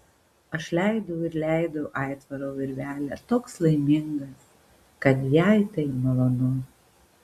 aš leidau ir leidau aitvaro virvelę toks laimingas kad jai tai malonu